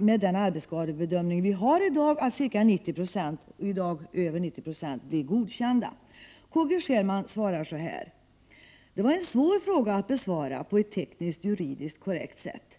med den arbetsskadebedömning vi har i dag, att ca 90 26 av alla arbetssjukdomsärenden godkänns?” K G Scherman svarar så här: ”Det var en svår fråga för mig att besvara på ett tekniskt juridiskt rätt sätt.